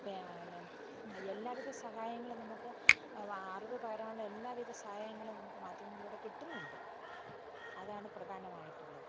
പിന്നെ എല്ലാ വിധ സഹായങ്ങളും നമുക്ക് അറിവ് പകരാനുള്ള എല്ലാ വിധ സഹായങ്ങളും നമുക്ക് മാധ്യമങ്ങളിലൂടെ കിട്ടുന്നുണ്ട് അതാണ് പ്രധാനമായിട്ടുള്ളത്